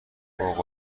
فوق